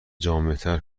جامعتر